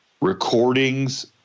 recordings